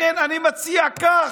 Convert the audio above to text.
לכן אני מציע כך,